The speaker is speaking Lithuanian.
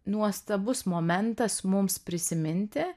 nuostabus momentas mums prisiminti